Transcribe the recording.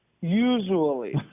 Usually